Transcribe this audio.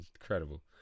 incredible